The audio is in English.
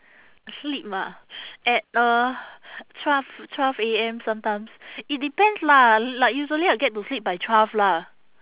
sleep ah at uh twelve twelve A_M sometimes it depends lah like usually I get to sleep by twelve lah